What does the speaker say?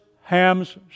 Ham's